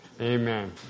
Amen